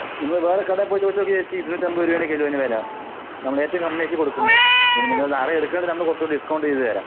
ആ നിങ്ങള് വേറെ കടയിൽ പോയി ചോദിച്ച് നോക്ക് ചേച്ചി ഇരുന്നൂറ്റമ്പത് രൂപയാണ് കിലോന് വില നമ്മള് ഏറ്റവും കമ്മി ആക്കി കൊടുക്കുന്നത് പിന്നെ നിങ്ങള് നാളെ എടുക്കുവാണേൽ നമ്മള് കുറച്ച് ഡിസ്കൗണ്ട് ചെയ്ത് തരാം